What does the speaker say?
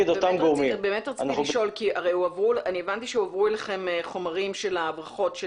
באמת רציתי לשאול כי הבנתי שהועברו אליכם חומרים של ההברחות,